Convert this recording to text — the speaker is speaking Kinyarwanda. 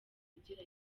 ubugira